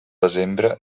desembre